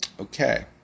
Okay